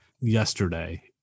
yesterday